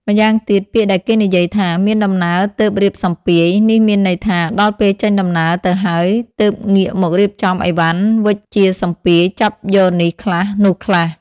ម្យ៉ាងទៀតពាក្យដែលគេនិយាយថា មានដំណើរទើបរៀបសម្ពាយ នេះមានន័យថា ដល់ពេលចេញដំណើរទៅហើយ ទើបងាកមករៀបចំឥវ៉ាន់វេចជាសម្ពាយ ចាប់យកនេះខ្លះ នោះខ្លះ ។